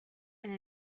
and